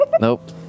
Nope